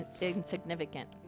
insignificant